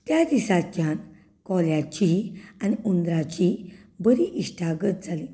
त्या दिसाच्यान कोल्याची आनी हुंदराची बरी इश्टागत जाली